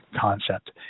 concept